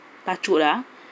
touch wood ah